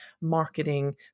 marketing